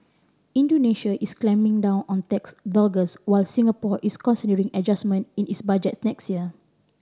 Indonesia is clamping down on tax dodgers while Singapore is considering adjustment in its budget next year